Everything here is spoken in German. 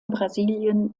brasilien